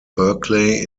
berkeley